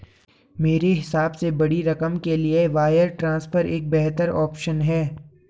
मेरे हिसाब से बड़ी रकम के लिए वायर ट्रांसफर एक बेहतर ऑप्शन है